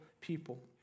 people